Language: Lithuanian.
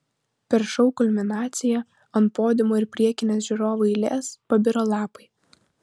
per šou kulminaciją ant podiumo ir priekinės žiūrovų eilės pabiro lapai